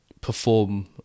perform